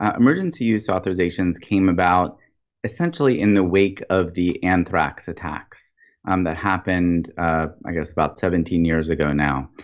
ah emergency use authorizations came about essentially in the wake of the anthrax attacks um that happened i guess about seventeen years ago now.